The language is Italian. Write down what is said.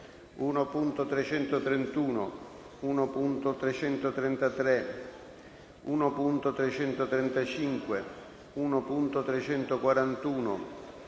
1.331, 1.333, 1.335, 1.341,